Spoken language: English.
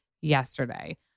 yesterday